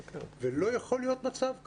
לא יכול להיות מצב כזה.